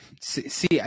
see